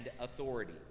authority